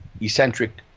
eccentric